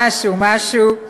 משהו-משהו.